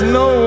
no